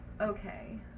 okay